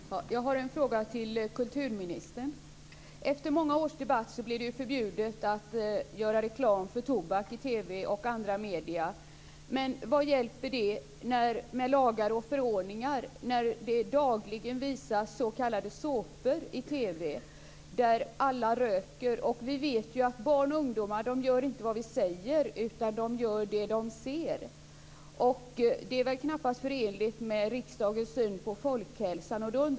Fru talman! Jag har en fråga till kulturministern. Efter många års debatt blev det förbjudet att göra reklam för tobak i TV och andra medier. Men vad hjälper det med lagar och förordningar när det dagligen visas s.k. såpor i TV där alla röker? Vi vet att barn och ungdomar inte gör vad vi säger, utan de gör det de ser. Det är knappast förenligt med riksdagens syn på folkhälsan.